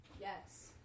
Yes